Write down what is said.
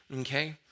okay